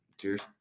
Cheers